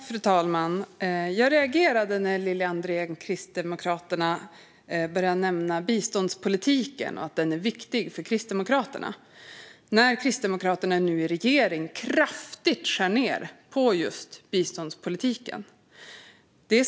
Fru talman! Jag reagerade när Lili André från Kristdemokraterna började nämna biståndspolitiken och att den är viktig för Kristdemokraterna - samtidigt som Kristdemokraterna i regeringen kraftigt skär ned på just biståndspolitiken.